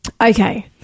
Okay